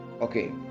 Okay